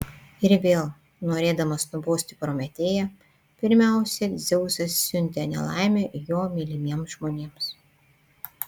ir vėl norėdamas nubausti prometėją pirmiausia dzeusas siuntė nelaimę jo mylimiems žmonėms